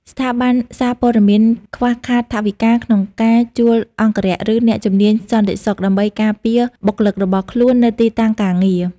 ស្ថាប័នសារព័ត៌មានខ្វះខាតថវិកាក្នុងការជួលអង្គរក្ស ឬអ្នកជំនាញសន្តិសុខដើម្បីការពារបុគ្គលិករបស់ខ្លួននៅទីតាំងការងារ។